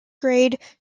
grade